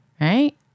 Right